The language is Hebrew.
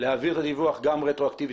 להעביר את הדיווח גם רטרואקטיבית,